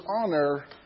honor